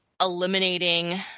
eliminating